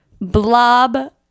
blob